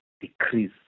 decrease